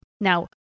Now